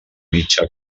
mitja